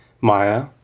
Maya